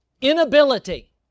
inability